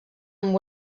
amb